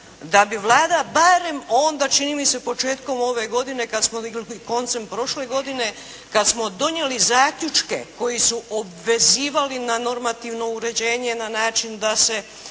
da bi Vlada barem onda čini mi se početkom ove godine kad smo, koncem prošle godine kad smo donijeli zaključke koji su obvezivali na normativno uređenje na način da se